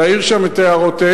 להעיר שם את הערותיהם,